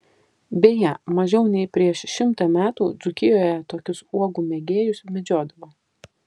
beje mažiau nei prieš šimtą metų dzūkijoje tokius uogų mėgėjus medžiodavo